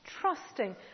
trusting